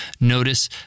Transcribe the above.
notice